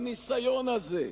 הניסיון הזה,